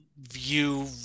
view